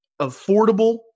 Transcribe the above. Affordable